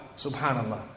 Subhanallah